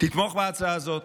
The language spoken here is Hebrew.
תתמוך בהצעה הזאת.